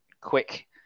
quick